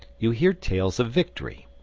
you hear tales of victory.